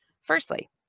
Firstly